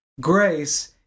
grace